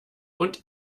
und